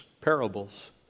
parables